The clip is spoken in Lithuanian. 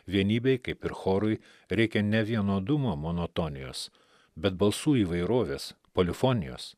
vienybei kaip ir chorui reikia ne vienodumo monotonijos bet balsų įvairovės polifonijos